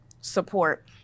support